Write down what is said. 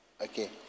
okay